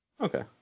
Okay